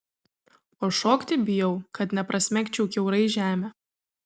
o šokti bijau kad neprasmegčiau kiaurai žemę